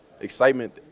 excitement